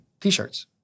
T-shirts